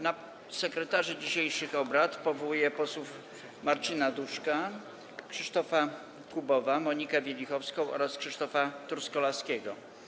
Na sekretarzy dzisiejszych obrad powołuję posłów Marcina Duszka, Krzysztofa Kubowa, Monikę Wielichowską oraz Krzysztofa Truskolaskiego.